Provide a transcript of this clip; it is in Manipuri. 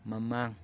ꯃꯃꯥꯡ